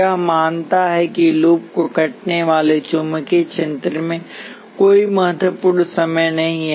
यह मानता है कि लूप को काटने वाले चुंबकीय क्षेत्र में कोई महत्वपूर्ण समय नहीं है